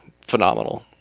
phenomenal